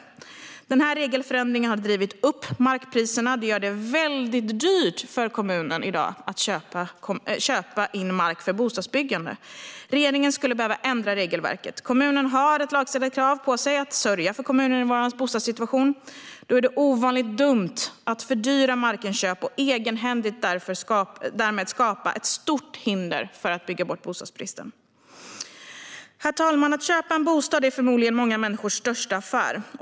Den här regelförändringen har drivit upp markpriserna och gjort att det i dag är väldigt dyrt för kommunerna att köpa in mark för bostadsbyggande. Regeringen skulle behöva ändra regelverket. Kommunerna har ett lagstadgat krav på sig att sörja för kommuninvånarnas bostadssituation. Då är det ovanligt dumt att fördyra markinköp och därmed egenhändigt skapa ett stort hinder för att bygga bort bostadsbristen. Herr talman! Att köpa en bostad är förmodligen många människors största affär.